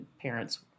parents